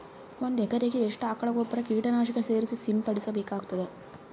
ಒಂದು ಎಕರೆಗೆ ಎಷ್ಟು ಆಕಳ ಗೊಬ್ಬರ ಕೀಟನಾಶಕ ಸೇರಿಸಿ ಸಿಂಪಡಸಬೇಕಾಗತದಾ?